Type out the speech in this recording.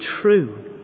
true